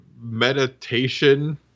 meditation